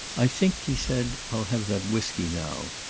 i think, he said, i'll have that whisky now.